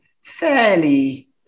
fairly